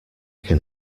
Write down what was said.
can